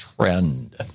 trend